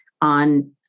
on